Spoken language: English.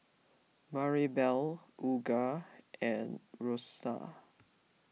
Maribel Olga and Rosena